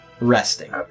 resting